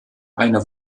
eine